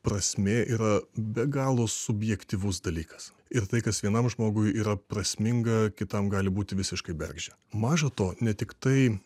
prasmė yra be galo subjektyvus dalykas ir tai kas vienam žmogui yra prasminga kitam gali būti visiškai bergždžia maža to ne tiktai